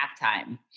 halftime